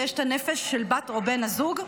ויש את הנפש של בת או בן הזוג.